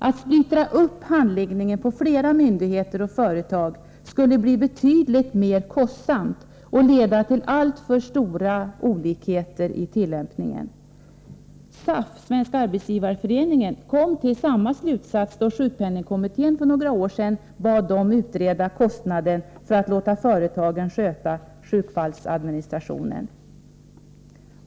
Att splittra handläggningen på flera myndigheter och företag skulle bli betydligt mer kostsamt och leda till alltför stora olikheter i tillämpningen. Svenska arbetsgivareföreningen kom till samma slutsats då sjukpenningkommittén för några år sedan bad dem utreda kostnaden för att låta företagen sköta sjukfallsadministrationen.